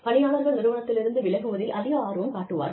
பணியாளர்கள் நிறுவனத்திலிருந்து விலகுவதில் அதிக ஆர்வம் காட்டுவார்கள்